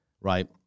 right